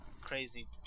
crazy